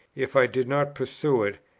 if i did not pursue it,